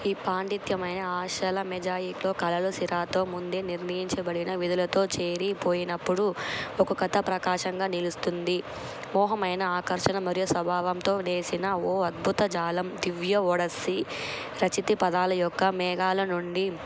ఈ పాండిత్యమైన ఆశల మెజాయిలో కళలు సిరాతో ముందే నిర్మించబడిన విధులతో చేరిపోయినప్పుడు ఒక కథ ప్రకాశంగా నిలుస్తుంది మోహమైన ఆకర్షణ మరియు స్వభావంతో నేసిన ఓ అద్భుత జాలం దివ్య ఒడస్సి రచితి పదాల యొక్క మేఘల నుండి